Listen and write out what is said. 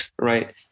right